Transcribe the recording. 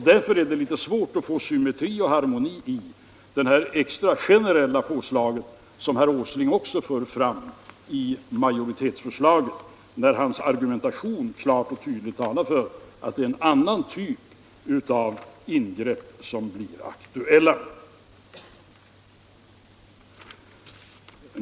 Därför är det litet svårt att få symmetri och harmoni i det extra generella påslaget, som herr Åsling också förordar i majoritetsförslaget, när hans argumentation klart och tydligt talar för att det är en annan typ av ingrepp som blir aktuell.